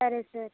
సరే సార్